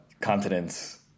continents